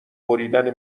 بریدن